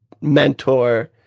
mentor